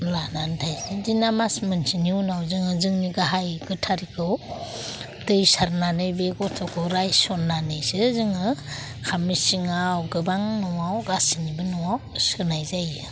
लानानै थायो बिदिनो मास मोनसेनि उनाव जोङो जोंनि गाहाय गोथारखौ दै सारनानै बे गथ'खौ रायसन्नानैसो जोङो सिङाव गोबां न'आव गासैनिबो न'आव सोनाय जायो